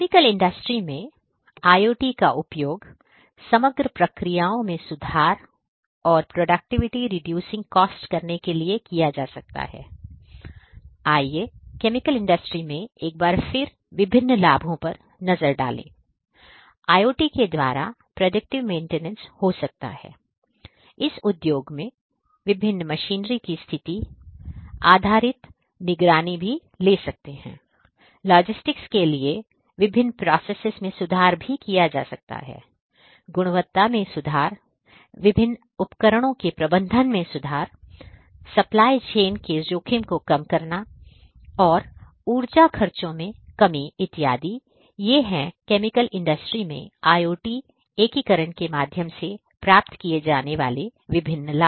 chemical industry supply chain के जोखिम को कम करना और ऊर्जा खर्चों में कमी इत्यादि ये हैं केमिकल इंडस्ट्री में IoT एकीकरण के माध्यम से प्राप्त किए जाने वाले विभिन्न लाभ